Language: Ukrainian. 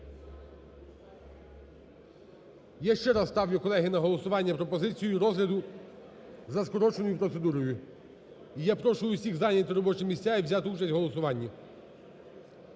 Я ще раз ставлю, колеги, на голосування пропозицію розгляду за скороченою процедурою. І я прошу усіх зайняти робочі місця і взяти участь у голосуванні.